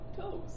Toes